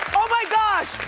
oh my gosh,